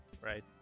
Right